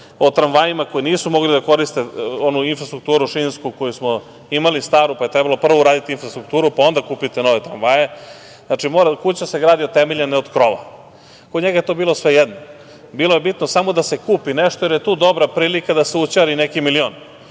O tramvajima koji nisu mogli da koriste onu šinsku infrastrukturu, imali staru, pa je prvo trebalo uraditi infrastrukturu pa onda kupiti nove tramvaje. Znači, mora kuća da se gradi od temelja, ne od krova. Kod njega je to bilo svejedno. Bilo je bitno samo da se kupi nešto, jer je tu dobra prilika da se ućari neki milion